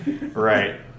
Right